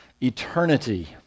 eternity